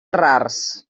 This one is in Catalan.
rars